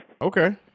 Okay